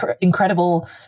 incredible